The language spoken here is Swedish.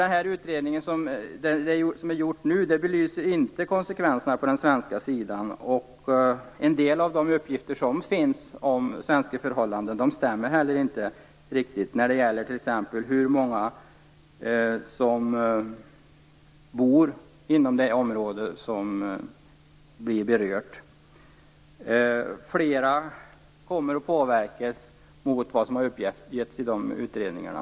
Den utredning som är gjord nu belyser inte konsekvenserna på den svenska sidan, och en del av de uppgifter som finns om svenska förhållanden stämmer inte riktigt. Det gäller t.ex. hur många som bor inom det berörda området. Fler än vad som har uppgetts i utredningen kommer att påverkas.